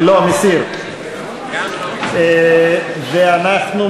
משרד ראש הממשלה (מועצות דתיות),